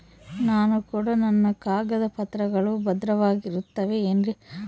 ನಾನು ಕೊಡೋ ನನ್ನ ಕಾಗದ ಪತ್ರಗಳು ಭದ್ರವಾಗಿರುತ್ತವೆ ಏನ್ರಿ?